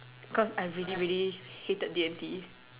cause I really really hated D and T